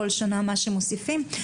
מה מוסיפים בכל שנה.